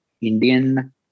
Indian